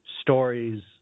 stories